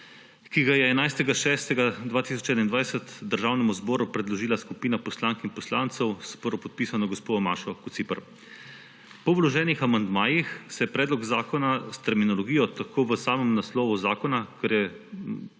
ki ga je 11. 6. 2021 Državnem zboru predložila skupina poslank in poslancev s prvopodpisano gospo Mašo Kociper. Po vloženih amandmajih se je predlog zakona s terminologijo tako v samem naslovu zakona, kar je poslanec